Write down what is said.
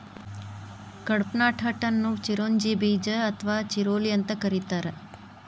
ಕಡ್ಪಾಹ್ನಟ್ ಅನ್ನು ಚಿರೋಂಜಿ ಬೇಜ ಅಥವಾ ಚಿರೋಲಿ ಅಂತ ಕರೇತಾರ